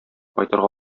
кайтырга